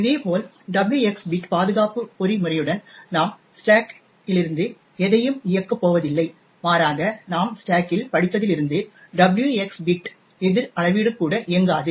இதேபோல் WX bit பாதுகாப்பு பொறிமுறையுடன் நாம் ஸ்டேக்கிலிருந்து எதையும் இயக்கப் போவதில்லை மாறாக நாம் ஸ்டேக்கில் படித்ததிலிருந்து WX பிட் எதிர் அளவீடு கூட இயங்காது